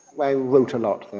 i wrote a lot